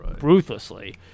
ruthlessly